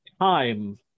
time